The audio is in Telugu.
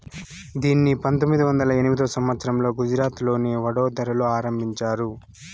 దీనిని పంతొమ్మిది వందల ఎనిమిదో సంవచ్చరంలో గుజరాత్లోని వడోదరలో ఆరంభించారు